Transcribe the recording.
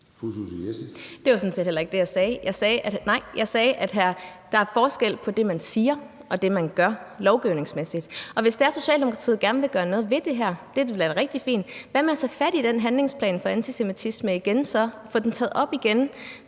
Det var sådan set heller ikke det, jeg sagde. Nej, jeg sagde, at der er forskel på det, man siger, og det, man gør lovgivningsmæssigt, og hvis det er sådan, at Socialdemokratiet gerne vil gøre noget ved det her – det ville da være rigtig fint – hvad så med at tage fat i den handlingsplan mod antisemitisme igen, få den taget op igen